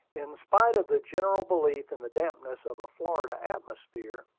in spite of the general belief in the dampness of a florida atmosphere,